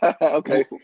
Okay